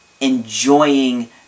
enjoying